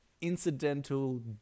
Incidental